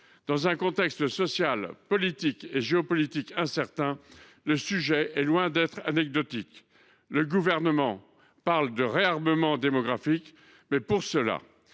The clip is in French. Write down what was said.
Dans un contexte social, politique et géopolitique incertain, le sujet est loin d’être anecdotique. Le Gouvernement parle de « réarmement démographique »: à ce